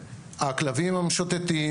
הכלבים המשוטטים,